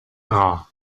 rar